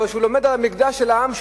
אבל כשהוא לומד על המקדש של העם שלו,